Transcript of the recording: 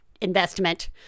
investment